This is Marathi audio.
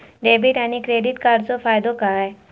डेबिट आणि क्रेडिट कार्डचो फायदो काय?